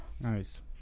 nice